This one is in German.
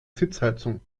sitzheizung